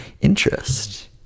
interest